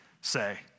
say